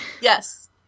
Yes